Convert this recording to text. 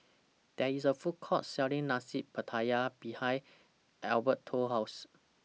There IS A Food Court Selling Nasi Pattaya behind Alberto's House